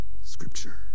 Scripture